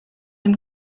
dem